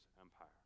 empire